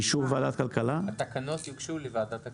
באישור ועדת הכלכלה?